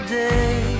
day